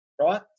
right